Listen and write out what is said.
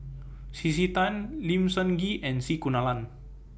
C C Tan Lim Sun Gee and C Kunalan